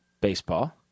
baseball